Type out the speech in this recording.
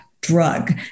drug